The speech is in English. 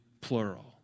plural